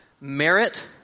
Merit